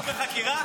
פתחו בחקירה?